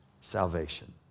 salvation